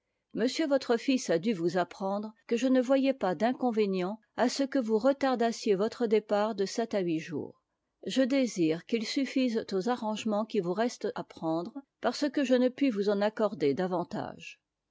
monsieur votre fils a dû vous ap prendre que je ne voyais pas d'inconvénient à ce que k vous retardassiez votre départ de sept à huit jours je désire qu'ils suffisent aux arrangements qui vous restent t à prendre parce que je ne puis vous en accorder davantage